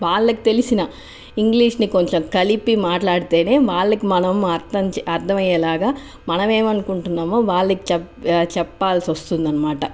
వాళ్ళకి తెలిసిన ఇంగ్లీషుని కొంచం కలిపి మాట్లాడితేనే వాళ్ళకి మనం అర్థం అర్థమయ్యేలాగా మనము ఏమి అనుకుంటున్నామో వాళ్ళకి చె చెప్పాల్సి వస్తుంది అనమాట